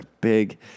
big